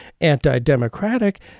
anti-democratic